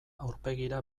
aurpegira